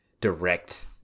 direct